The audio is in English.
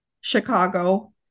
Chicago